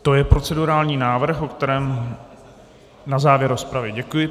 To je procedurální návrh, o kterém... na závěr rozpravy, děkuji.